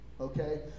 okay